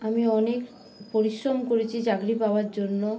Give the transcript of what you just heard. আমি অনেক পরিশ্রম করেছি চাকরি পাওয়ার জন্য